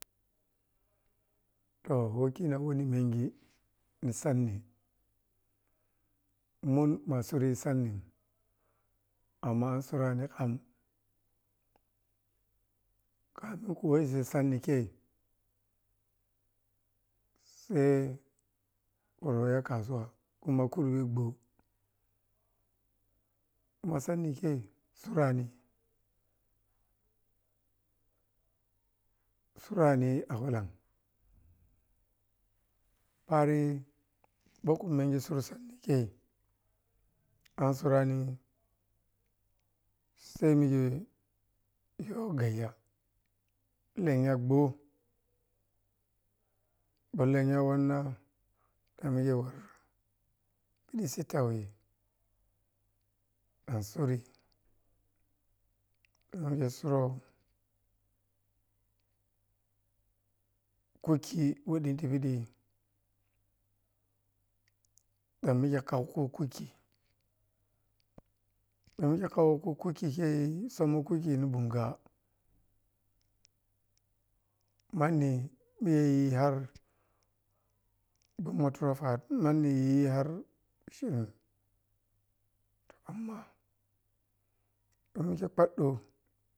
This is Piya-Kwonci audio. To wakhina wani menghi ni sanni mun ma suri sanni amma an surani khan kamin kuwa isemni khei sai porə yoh kasuwa kuma kuwbe gwo kuma sani khei surani, surani a walam pari ɓokku menghi sura sanni ke an surani same ya yoh gaiya lenya gwo ɓa lenya wanna piɗi sitta weh an suri lungho suro khu khi we’ ɗiti piɗi ɓan mikhe khau kukuki ma mikhe khau ku kuki khei summo kuki ni bunga manni ɓiye yi har gnummo tura far manni yi har a shirin amma ma mikhe khodɗo.